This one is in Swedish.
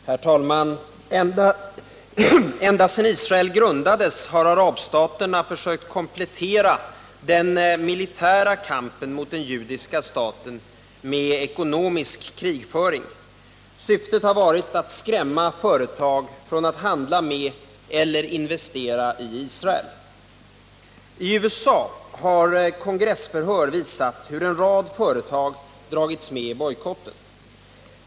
Herr talman! Ända sedan Israel grundades har arabstaterna försökt komplettera den militära kampen mot den judiska staten med ekonomisk krigföring. Syftet har varit att skrämma företag från att handla med eller investera i Israel. I USA har kongressförhör visat hur en rad företag har dragits med i bojkotten.